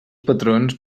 patrons